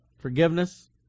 forgiveness